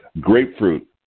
Grapefruit